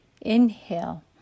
inhale